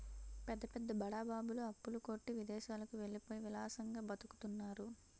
పెద్ద పెద్ద బడా బాబులు అప్పుల కొట్టి విదేశాలకు వెళ్ళిపోయి విలాసంగా బతుకుతున్నారు